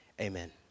Amen